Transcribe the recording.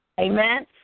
Amen